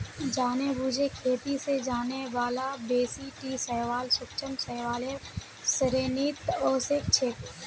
जानेबुझे खेती स जाने बाला बेसी टी शैवाल सूक्ष्म शैवालेर श्रेणीत ओसेक छेक